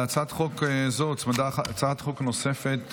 להצעת חוק זאת הוצמדה הצעת חוק נוספת,